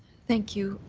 thank you.